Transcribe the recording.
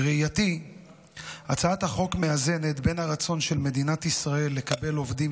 בראייתי הצעת החוק מאזנת בין הרצון של מדינת ישראל לקבל עובדים